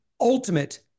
ultimate